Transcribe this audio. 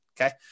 Okay